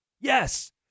Yes